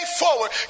forward